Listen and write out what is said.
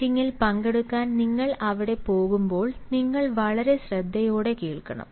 മീറ്റിംഗിൽ പങ്കെടുക്കാൻ നിങ്ങൾ അവിടെ പോകുമ്പോൾ നിങ്ങൾ വളരെ ശ്രദ്ധയോടെ കേൾക്കണം